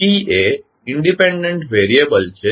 t એ independent variable છે